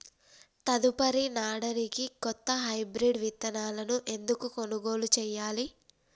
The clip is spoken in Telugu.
తదుపరి నాడనికి కొత్త హైబ్రిడ్ విత్తనాలను ఎందుకు కొనుగోలు చెయ్యాలి?